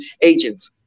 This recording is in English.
Agents